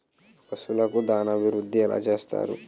పశువులకు దాన అభివృద్ధి ఎలా చేస్తారు?